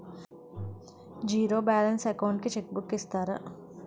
Zero balance account కి cheque book ఇస్తారా?